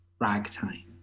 ragtime